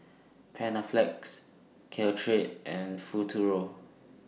Panaflex Caltrate and Futuro